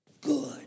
Good